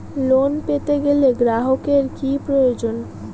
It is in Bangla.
লোন পেতে গেলে গ্রাহকের কি প্রয়োজন?